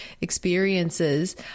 experiences